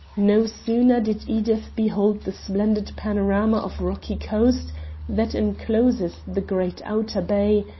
no sooner did edith behold the splendid panorama of rocky coast that encloses the great outer bay,